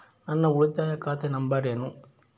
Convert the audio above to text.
ನನ್ನ ಉಳಿತಾಯ ಖಾತೆ ನಂಬರ್ ಏನು?